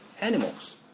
animals